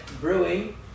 brewing